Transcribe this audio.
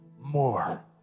more